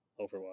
Overwatch